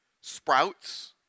Sprouts